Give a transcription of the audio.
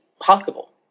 possible